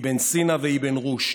איבן סינא ואיבן רושד?